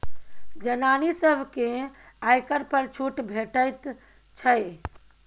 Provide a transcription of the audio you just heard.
जनानी सभकेँ आयकर पर छूट भेटैत छै